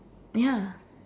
ya